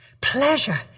pleasure